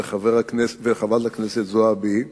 ולחברת הכנסת זועבי: